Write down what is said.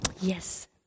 Yes